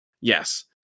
Yes